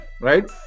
right